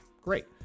great